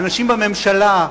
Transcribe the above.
האנשים בממשלה,